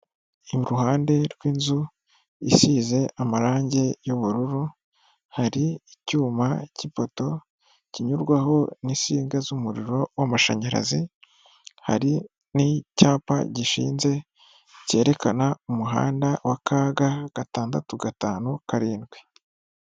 Iruhande rw'inzu isize amarangi yubururu hari icyuma cy'ipoto kinyurwaho n'isinga z'umuriro w'amashanyarazi, hari n'icyapa gishinze cyerekana umuhanda wa kaga gatandatu gatanu karindwi.